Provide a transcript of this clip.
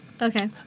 Okay